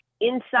inside